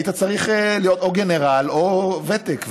היית צריך להיות או גנרל או עם ותק,